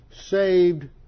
saved